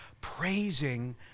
praising